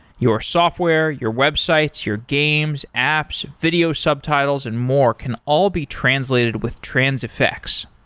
your software, your websites, your games, apps, video subtitles and more can all be translated with transifex.